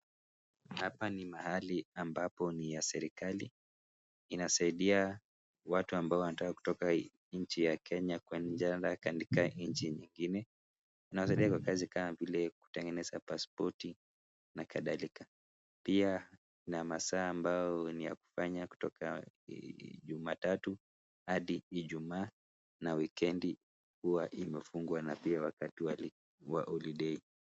hapa ni mahali ambapo ni ya serikali. Inasaidia watu ambao wanataka kutoka nchi ya kenya kwenda katika nchi nyingine. Inasaidia kwa kazi kama vile kutengeneza pasipoti na kadhalika, pia na masaa ambao ni ya kufanya kutoka jumatatu hadi ijuma na wikendi huwa imefungwa na pia wakati wa holidei.